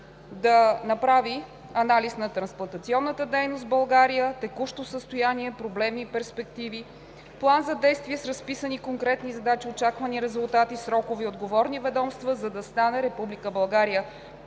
да направи анализ на трансплантационната дейност в България, текущо състояние, проблеми и перспективи, план за действие с разписани конкретни задачи, очаквани резултати, срокове и отговорни ведомства, за да стане